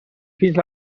fins